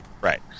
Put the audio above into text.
right